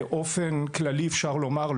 באופן כללי אפשר לומר,